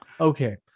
Okay